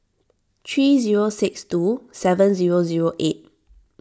three zero six two seven zero zero eight